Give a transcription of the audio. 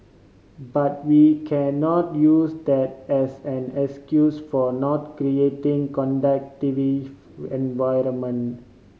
but we cannot use that as an excuse for not creating conducive environment